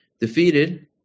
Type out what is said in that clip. defeated